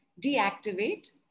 Deactivate